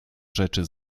rzeczy